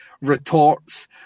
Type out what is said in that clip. retorts